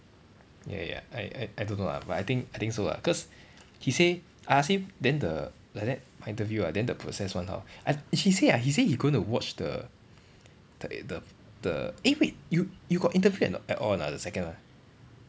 ya ya I I I don't know ah but I think I think so ah cause he say I ask him then the like that interview ah then the process one how uh she say uh he say gonna watch the the the the eh wait you you got interview or not at all or not the second one